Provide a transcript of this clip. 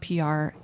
PR